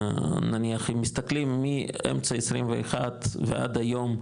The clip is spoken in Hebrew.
נניח, אם מסתכלים מאמצע 21 ועד היום,